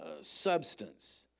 substance